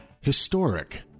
Historic